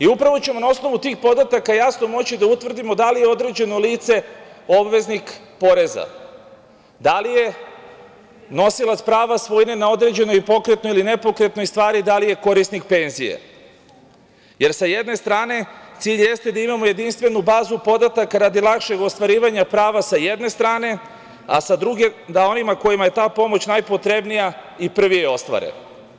Upravo ćemo na osnovu tih podataka jasno moći da utvrdimo da li je određeno lice obveznik poreza, da li nosilac prava svojine na određenoj pokretnoj ili nepokretnoj stvari, da li je korisnik penzije jer sa jedne strane cilj jeste da imamo jedinstvenu bazu podataka radi lakšeg ostvarivanja prava sa jedne strane, a sa druge da onima kojima je ta pomoć najpotrebnija i prvi je ostvare.